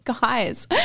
Guys